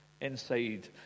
inside